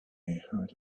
heard